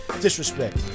Disrespect